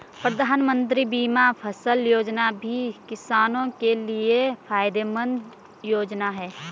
प्रधानमंत्री बीमा फसल योजना भी किसानो के लिये फायदेमंद योजना है